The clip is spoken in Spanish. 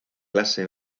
clase